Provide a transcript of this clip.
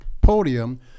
podium